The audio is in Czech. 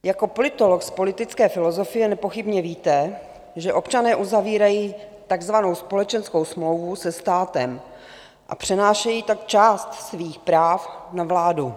Jako politolog z politické filozofie nepochybně víte, že občané uzavírají takzvanou společenskou smlouvu se státem a přenášejí tak část svých práv na vládu.